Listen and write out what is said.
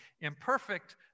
imperfect